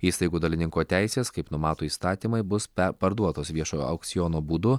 įstaigų dalininko teisės kaip numato įstatymai bus parduotos viešojo aukciono būdu